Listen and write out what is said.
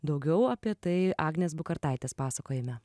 daugiau apie tai agnės bukartaitės pasakojime